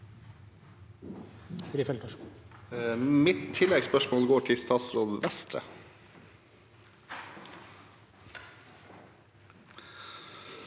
Mitt tilleggs- spørsmål går til statsråd Vestre.